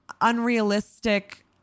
unrealistic